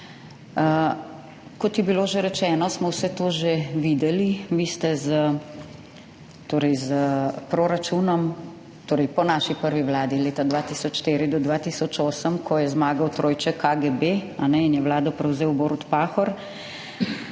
Kot je bilo že rečeno, smo vse to že videli. Vi ste z, torej s proračunom, torej po naši prvi vladi leta 2004-2008, ko je zmagal trojček KGB in je vlado prevzel Borut Pahor,